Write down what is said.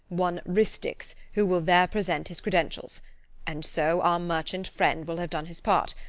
one ristics who will there present his credentials and so our merchant friend will have done his part.